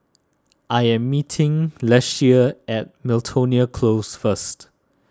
I am meeting Leshia at Miltonia Close first